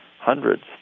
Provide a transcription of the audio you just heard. hundreds